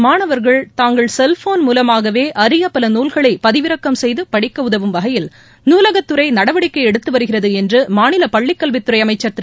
மாணவர்கள் தங்கள் செல்போன் மூலமாகவே அரிய பல நூல்களை பதிவிறக்கம் செய்து படிக்க உதவும் வகையில் நூலகத்துறை நடவடிக்கை எடுத்து வருகிறது என்று மாநில பள்ளிக் கல்வித்துறை அமைச்சர் திரு